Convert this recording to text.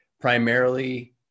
primarily